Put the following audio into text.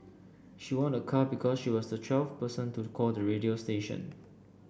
she won a car because she was the twelfth person to call the radio station